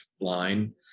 line